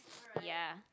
ya